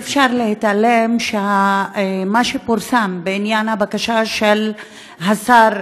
אי-אפשר להתעלם מכך שמה שפורסם בעניין הבקשה של השר